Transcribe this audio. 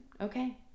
Okay